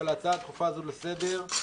שלהצעה הדחופה הזאת לסדר היום,